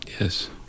Yes